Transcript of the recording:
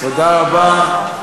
תודה רבה.